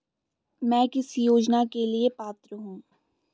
मैं किस योजना के लिए पात्र हूँ?